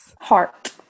Heart